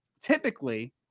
Typically